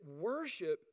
worship